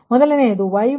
925 ಕೋನ ಮೈನಸ್ 68